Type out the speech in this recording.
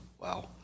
Wow